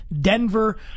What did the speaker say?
Denver